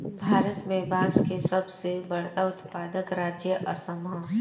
भारत में बांस के सबसे बड़का उत्पादक राज्य असम ह